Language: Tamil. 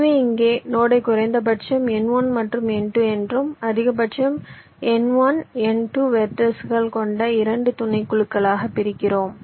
எனவே இங்கே நோடை குறைந்தபட்சம் n1 மற்றும் n2 என்றும் அதிகபட்சம் n1 n2 வெர்ட்டிஸ்கள் கொண்ட 2 துணைக்குழுக்களாகப் பிரிக்கிறோம்